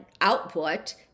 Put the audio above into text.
output